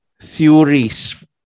theories